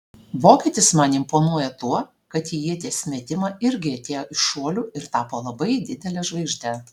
vokietis man imponuoja tuo kad į ieties metimą irgi atėjo iš šuolių ir tapo labai didele žvaigžde